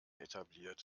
etabliert